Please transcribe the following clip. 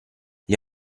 gli